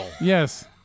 Yes